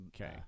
Okay